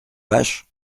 vache